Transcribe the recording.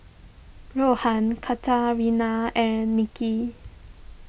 Rohan Katarina and Nicky